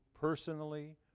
personally